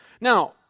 Now